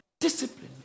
discipline